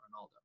Ronaldo